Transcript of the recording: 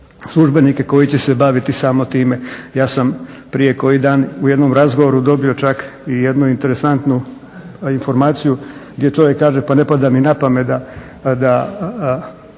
službenike koji će se baviti samo time. Ja sam prije koji dan u jednom razgovoru dobio čak i jednu interesantnu informaciju gdje čovjek kaže pa ne pada mi na pamet da,